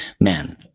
man